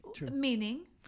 Meaning